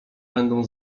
będą